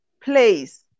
place